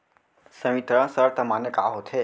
संवितरण शर्त माने का होथे?